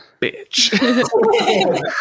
Bitch